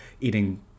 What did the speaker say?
eating